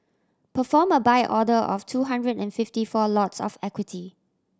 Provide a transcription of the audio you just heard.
perform a Buy order of two hundred and fifty four lots of equity